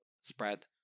spread